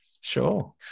Sure